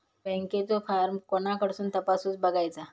बँकेचो फार्म कोणाकडसून तपासूच बगायचा?